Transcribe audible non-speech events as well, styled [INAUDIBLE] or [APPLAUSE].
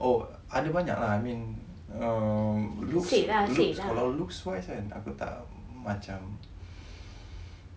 oh ada banyak lah I mean um looks looks kalau looks wise kan aku tak macam [BREATH]